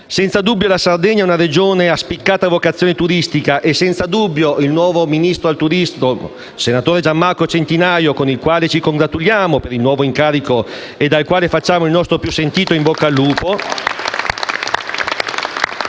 Senza dubbio la Sardegna è una Regione a spiccata vocazione turistica e senza dubbio il nuovo ministro del turismo, senatore Gian Marco Centinaio, con il quale ci congratuliamo per il nuovo incarico e al quale facciamo il nostro più sentito in bocca al lupo